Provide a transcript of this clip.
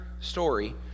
story